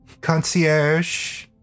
concierge